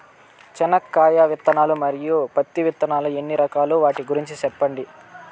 చెనక్కాయ విత్తనాలు, మరియు పత్తి విత్తనాలు ఎన్ని రకాలు వాటి గురించి సెప్పండి?